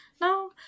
now